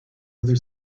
other